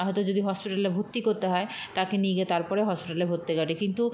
হয়তো যদি হসপিটালে ভর্তি করতে হয় তাকে নিয়ে গিয়ে তার পরে হসপিটালে ভর্তি করে কিন্তু